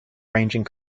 ranging